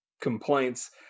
complaints